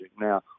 Now